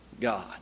God